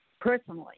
personally